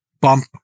bump